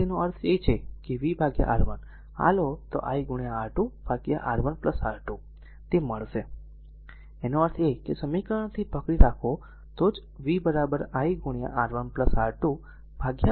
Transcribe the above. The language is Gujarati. તેથી અને r તેનો અર્થ છે કે v R1 જો આ લો તો i R2 R1 R2 મળશે તેનો અર્થ એ છે કે r જો આ સમીકરણથી પકડી રાખો તો જ v i R1R2 R1 R2 મળશે